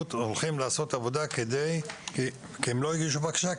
הולכים לעשות עבודה כי הם לא הגישו בקשה,